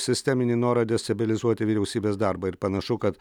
sisteminį norą destabilizuoti vyriausybės darbą ir panašu kad